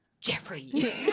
Jeffrey